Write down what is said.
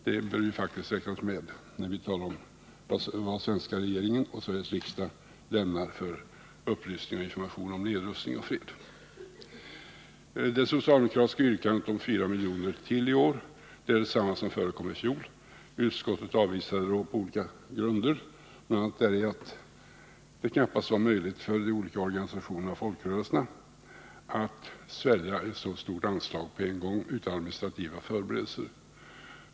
Det bör faktiskt räknas med, när man talar om vad den svenska regeringen och Sveriges riksdag lämnar för upplysning och information om nedrustning och fred. Det socialdemokratiska yrkandet om 4 miljoner ytterligare i år är detsamma som förekom i fjol, då utskottet avvisade det på olika grunder, bl.a. därför att det knappast var möjligt för de skilda organisationerna och folkrörelserna att svälja ett så stort anslag på en gång utan administrativa förberedelser.